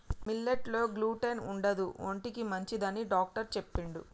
millet లో gluten ఉండదు ఒంటికి మంచిదని డాక్టర్ చెప్పిండు